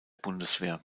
bundeswehr